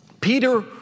Peter